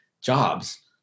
jobs